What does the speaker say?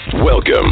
Welcome